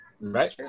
Right